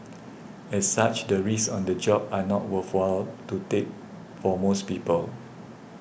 as such the risks on the job are not worthwhile to take for most people